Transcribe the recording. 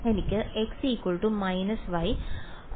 എനിക്ക് x y പകരംവയ്ക്കാൻ കഴിയും